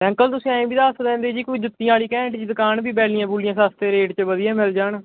uncle ਤੁਸੀਂ ਐਂ ਵੀ ਦੱਸ ਦਿੰਦੇ ਜੀ ਕੋਈ ਜੁੱਤੀਆਂ ਵਾਲੀ ਘੈਂਟ ਦੀ ਦੁਕਾਨ ਵੀ ਬੈਲੀਆਂ ਬੁਲੀਆਂ ਸਸਤੇ ਰੇਟ 'ਚ ਵਧੀਆ ਮਿਲ ਜਾਣ